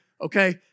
okay